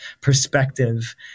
perspective